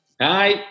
Hi